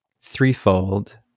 threefold